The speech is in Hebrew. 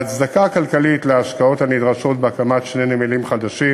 1. ההצדקה הכלכלית להשקעות הנדרשות בהקמת שני נמלים חדשים